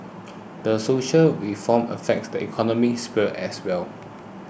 the social reforms affects the economy sphere as well